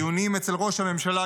דיונים אצל ראש הממשלה,